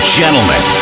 gentlemen